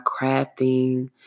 crafting